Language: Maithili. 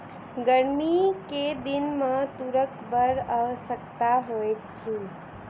गर्मी के दिन में तूरक बड़ आवश्यकता होइत अछि